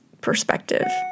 perspective